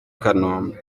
kanombe